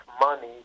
money